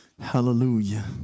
Hallelujah